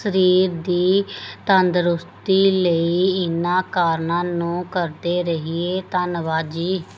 ਸਰੀਰ ਦੀ ਤੰਦਰੁਸਤੀ ਲਈ ਇਹਨਾਂ ਕਾਰਨਾਂ ਨੂੰ ਕਰਦੇ ਰਹੀਏ ਧੰਨਵਾਦ ਜੀ